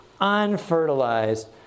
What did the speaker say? unfertilized